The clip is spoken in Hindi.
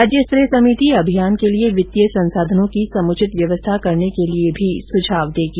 राज्यस्तरीय समिति अभियान के लिए वित्तीय संसाधनों की समुचित व्यवस्था करने के लिए भी सुझाव देगी